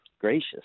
gracious